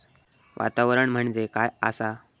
वातावरण म्हणजे काय आसा?